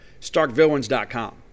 Starkvillains.com